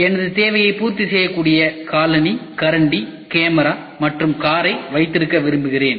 எனது தேவையை பூர்த்தி செய்யக்கூடிய காலணிகரண்டி கேமரா மற்றும் காரை வைத்திருக்க விரும்புகிறேன்